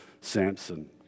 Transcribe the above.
Samson